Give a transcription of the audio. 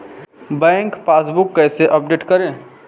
Bank passbook कैसे update करें?